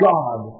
God